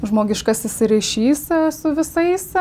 žmogiškasis ryšys su visais